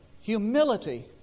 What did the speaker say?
Humility